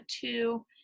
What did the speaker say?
two